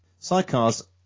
Sidecars